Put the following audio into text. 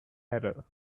error